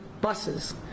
buses